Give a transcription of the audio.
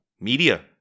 media